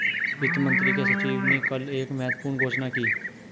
वित्त मंत्री के सचिव ने कल एक महत्वपूर्ण घोषणा की